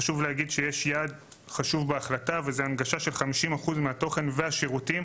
חשוב להגיד שיש יעד חשוב בהחלטה והוא הנגשת 50% מהתוכן והשירותים